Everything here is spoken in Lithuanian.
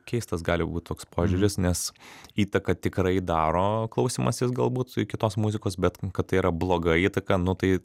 keistas gali būt toks požiūris nes įtaką tikrai daro klausymasis galbūt kitos muzikos bet kad tai yra bloga įtaka nu tai